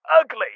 ugly